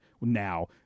Now